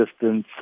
distance